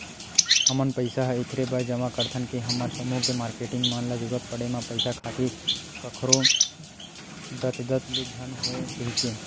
हमन पइसा ऐखरे बर जमा करथन के हमर समूह के मारकेटिंग मन ल जरुरत पड़े म पइसा खातिर कखरो दतदत ले झन होवय कहिके